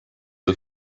the